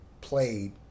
played